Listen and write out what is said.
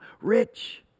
rich